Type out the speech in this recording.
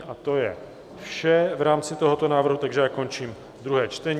A to je vše v rámci tohoto návrhu, takže končím druhé čtení.